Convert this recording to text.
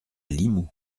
limoux